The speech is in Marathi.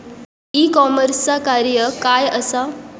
ई कॉमर्सचा कार्य काय असा?